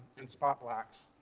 and spot blacks.